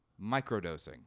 microdosing